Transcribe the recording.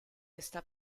esta